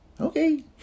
Okay